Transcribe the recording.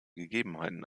gegebenheiten